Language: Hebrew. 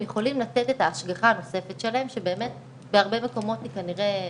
יכולים לתת את ההשגחה הנוספת שלהם שבאמת בהרבה מקומות היא כנראה נצרכת,